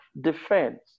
defense